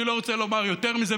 אני לא רוצה לומר יותר מזה,